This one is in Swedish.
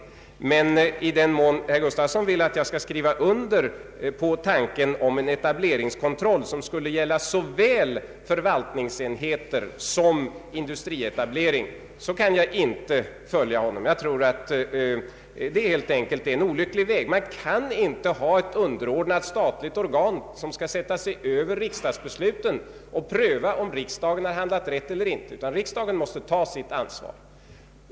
I den mån herr Nils-Eric Gustafsson vill att jag skall skriva under tanken på en etableringskontroll, som skulle gälla såväl förvaltningsenheter som industriföretag, kan jag inte följa honom. Jag tror helt enkelt att det är en olycklig väg. Man kan inte ha ett underordnat statligt organ, som skall kunna sätta sig över riksdagsbesluten och pröva om riksdagen handlat rätt eller inte, utan riksdagen måste ta sitt ansvar.